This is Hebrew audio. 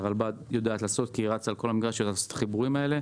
והרלב"ד יודע לעשות כי הוא רץ על כל המגרש לעשות את החיבורים האלה.